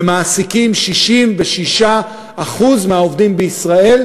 ומעסיקים 66% מהעובדים בישראל,